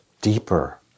deeper